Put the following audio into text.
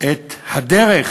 את הדרך